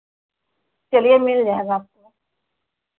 चलिए मिल जाएगा आपको